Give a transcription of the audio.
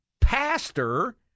pastor